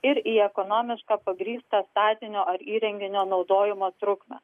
ir į ekonomišką pagrįstą statinio ar įrenginio naudojimo trukmę